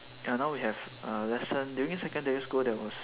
ya now we have uh lesson during secondary school there was